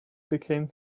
became